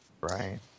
Right